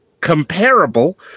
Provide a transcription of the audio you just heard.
comparable